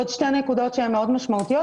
עוד שתי נקודות שהן שמאוד משמעותיות.